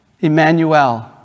Emmanuel